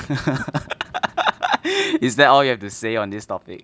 is that all you have to say on this topic